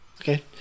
Okay